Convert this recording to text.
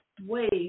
ways